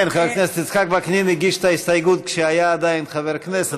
חבר הכנסת יצחק וקנין הגיש את ההסתייגות כשהיה עדיין חבר כנסת,